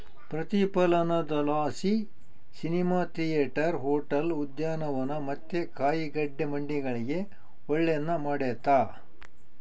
ಪ್ರತಿಫಲನದಲಾಸಿ cinema theatre, hotel, ಉದ್ಯಾನವನ ಮತ್ತೆ ಕಾಯಿಗಡ್ಡೆ ಮಂಡಿಗಳಿಗೆ ಒಳ್ಳೆದ್ನ ಮಾಡೆತೆ